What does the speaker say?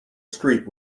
street